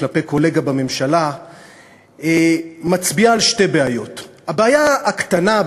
כלפי קולגה בממשלה מצביעה על שתי בעיות: הבעיה הקטנה,